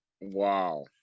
Wow